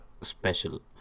special